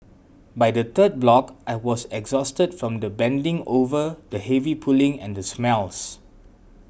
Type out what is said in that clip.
by the third block I was exhausted from the bending over the heavy pulling and the smells